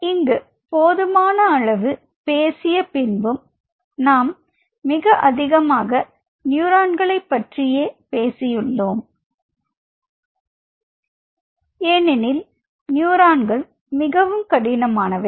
இங்கு போதுமான அளவு பேசிய பின்பும் நாம் அதிகமாக நியூரான்களை பற்றியே பேசியுள்ளோம் ஏனெனில் நியூரான்கள் மிகவும் கடினமானவை